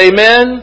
Amen